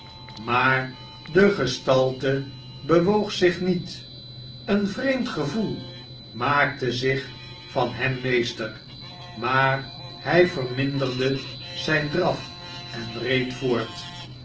maar de gestalte bewoog zich met een vreemd gevoel maakte zich vanhem meester maar hy verminderde zijn draf en reed voort